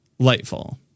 Lightfall